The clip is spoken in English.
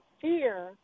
fear